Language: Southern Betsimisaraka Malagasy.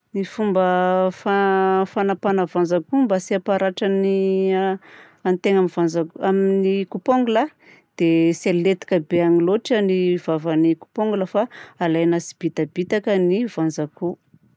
Ny fomba fa- fanapahana vazankoho mba tsy hamparatra ny a antegna vanja- amin'ny coupe ongle a dia tsy haletika be any loatra ny vavan'ny coupe ongle fa alaina tsibitabitaka ny vazankoho.